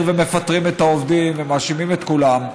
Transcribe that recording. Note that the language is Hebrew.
ומפטרים את העובדים ומאשימים את כולם,